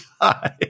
die